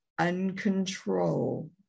uncontrol